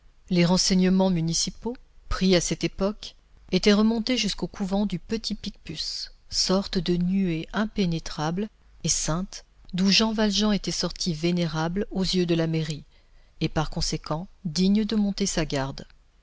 les renseignements municipaux pris à cette époque étaient remontés jusqu'au couvent du petit picpus sorte de nuée impénétrable et sainte d'où jean valjean était sorti vénérable aux yeux de sa mairie et par conséquent digne de monter sa garde